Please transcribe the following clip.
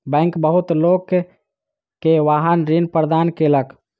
bank बहुत लोक के वाहन ऋण प्रदान केलक